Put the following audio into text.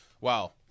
Wow